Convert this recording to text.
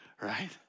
right